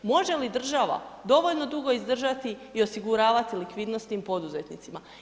Može li država dovoljno dugo izdržati i osiguravati likvidnost tim poduzetnicima?